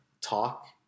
talk